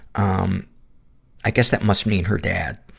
um i guess that must mean her dad.